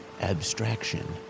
abstraction